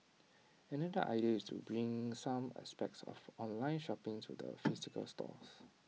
another idea is to bring some aspects of online shopping to the physical stores